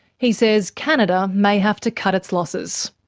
he says canada may have to cut its losses.